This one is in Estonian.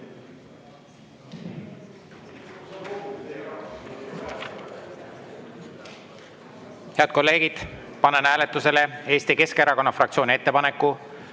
Head kolleegid, panen hääletusele Eesti Keskerakonna fraktsiooni ettepaneku